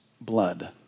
blood